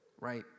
right